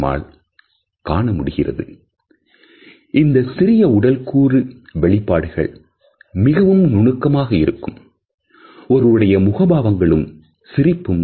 உதாரணமாக கூட்டமாக இருக்கும் அறையில் நாம் செய்கையை பயன்படுத்துவதன் மூலமாக நமது நண்பரை அல்லது உடன் பணியாற்றுபவரை சத்தமில்லாமல் கவர முடியும்